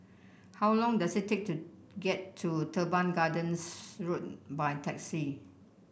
how long does it take to get to Teban Gardens Road by taxi